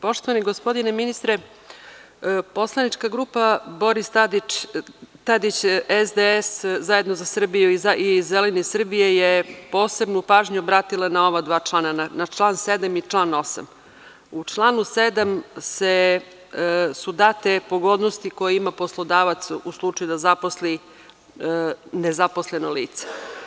Poštovani gospodine ministre, poslanička grupa Boris Tadić, SDS, ZZS i ZS je posebnu pažnju obratila na ova dva člana, na član 7. i na član 8. U članu 7. su date pogodnosti koje ima poslodavac u slučaju da zaposli nezaposleno lice.